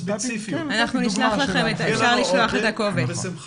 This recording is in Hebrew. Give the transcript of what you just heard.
אפשר לשלוח את הקובץ.